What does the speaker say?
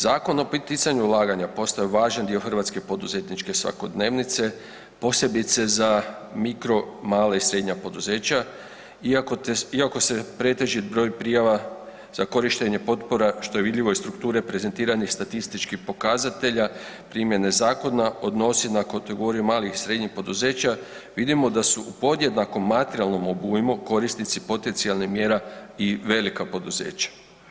Zakon o poticanju ulaganja postao je važan dio hrvatske poduzetničke svakodnevnice posebice za mikro, male i srednja poduzeća iako se pretežit broj prijava za korištenja potpora što je vidljivo iz strukture prezentiranih statističkih pokazatelja primjene zakona odnosi na kategoriju malih i srednjih poduzeća vidimo da su u podjednakom materijalnom obujmu korisnici potencijalnih mjera i velika poduzeća.